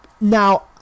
now